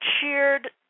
cheered